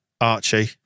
Archie